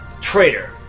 traitor